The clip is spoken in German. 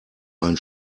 ein